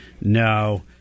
no